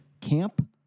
camp